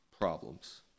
problems